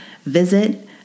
visit